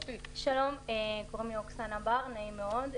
שלום, קוראים לי אוקסנה בר, נעים מאוד.